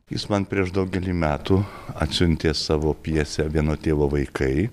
jis man prieš daugelį metų atsiuntė savo pjesę vieno tėvo vaikai